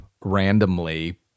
randomly